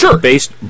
based